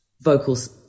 vocals